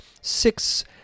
six